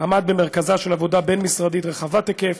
עמד במרכזה של עבודה בין-משרדית רחבת היקף,